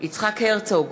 יצחק הרצוג,